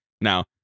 Now